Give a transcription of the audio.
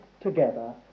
together